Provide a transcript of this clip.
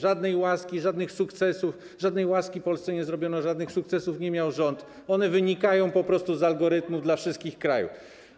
Żadnej łaski, żadnych sukcesów - żadnej łaski Polsce nie zrobiono, żadnych sukcesów nie miał rząd, te środki wynikają po prostu z algorytmu dla wszystkich krajów.